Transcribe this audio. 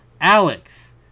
Alex